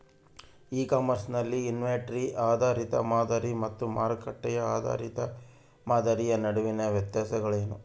E commerce ನಲ್ಲಿ inventory ಆಧಾರಿತ ಮಾದರಿ ಮತ್ತು ಮಾರುಕಟ್ಟೆ ಆಧಾರಿತ ಮಾದರಿಯ ನಡುವಿನ ವ್ಯತ್ಯಾಸಗಳೇನು?